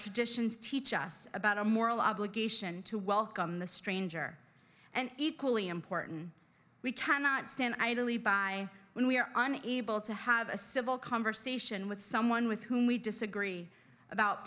traditions teach us about a moral obligation to welcome the stranger and equally important we cannot stand idly by when we are unable to have a civil conversation with someone with whom we disagree about